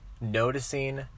noticing